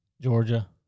Georgia